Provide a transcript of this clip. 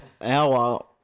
hour